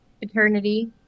eternity